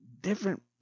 Different